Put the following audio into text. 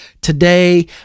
today